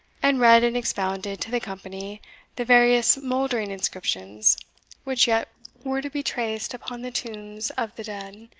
and read and expounded to the company the various mouldering inscriptions which yet were to be traced upon the tombs of the dead,